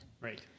Right